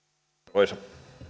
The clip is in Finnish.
arvoisa